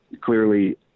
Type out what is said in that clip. clearly